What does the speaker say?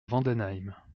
vendenheim